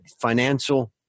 financial